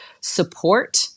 support